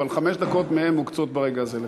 אבל חמש דקות מהן מוקצות ברגע הזה לך.